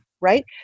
right